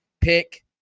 pick